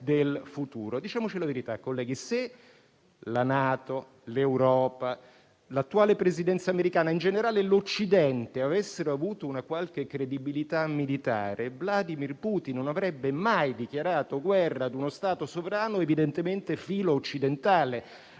Diciamoci la verità, colleghi: se la NATO, l'Europa, l'attuale Presidenza americana e in generale l'Occidente avessero avuto una qualche credibilità militare, Vladimir Putin non avrebbe mai dichiarato guerra a uno Stato sovrano evidentemente filo-occidentale.